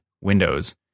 windows